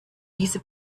diese